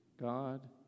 God